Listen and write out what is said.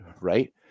right